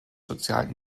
sozialen